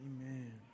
Amen